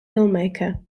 filmmaker